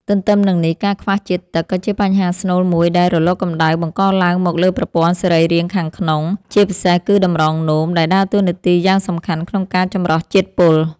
ទន្ទឹមនឹងនេះ ការខ្វះជាតិទឹកក៏ជាបញ្ហាស្នូលមួយដែលរលកកម្ដៅបង្កឡើងមកលើប្រព័ន្ធសរីរាង្គខាងក្នុង ជាពិសេសគឺតម្រងនោមដែលដើរតួនាទីយ៉ាងសំខាន់ក្នុងការចម្រោះជាតិពុល។